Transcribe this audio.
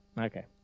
Okay